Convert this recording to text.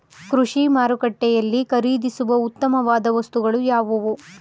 ಕೃಷಿ ಮಾರುಕಟ್ಟೆಯಲ್ಲಿ ಖರೀದಿಸುವ ಉತ್ತಮವಾದ ವಸ್ತುಗಳು ಯಾವುವು?